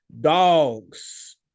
dogs